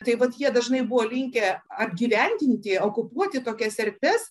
tai vat jie dažnai buvo likę apgyvendinti okupuoti tokias erdves